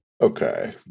okay